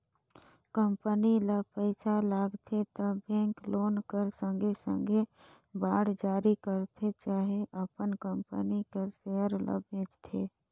company ल पइसा लागथे त बेंक लोन कर संघे संघे बांड जारी करथे चहे अपन कंपनी कर सेयर ल बेंचथे